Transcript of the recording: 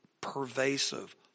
pervasive